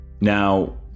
Now